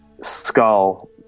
skull